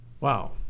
Wow